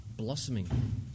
blossoming